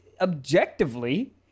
objectively